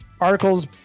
articles